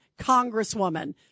Congresswoman